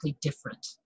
different